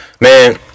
Man